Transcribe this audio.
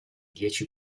dieci